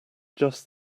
just